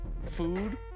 food